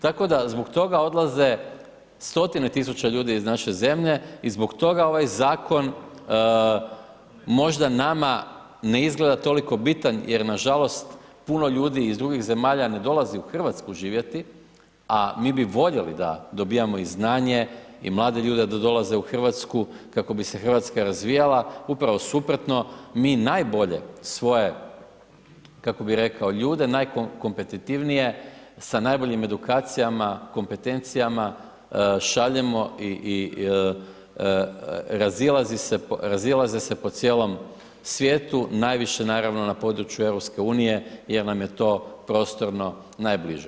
Tako da zbog toga odlaze stotine tisuća ljudi iz naše zemlje i zbog toga ovaj zakon možda nama ne izgleda toliko bitan jer nažalost puno ljudi iz drugih zemalja ne dolazi u RH živjeti, a mi voljeli da dobivamo i znanje i mlade ljude da dolaze u RH kako bi se RH razvijala, upravo suprotno mi najbolje svoje, kako bi rekao, ljude najkompetitivnije, sa najboljim edukacijama, kompetencijama, šaljemo i razilaze se po cijelom svijetu, najviše naravno na području EU jer vam je to prostorno najbliže.